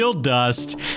Dust